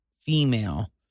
female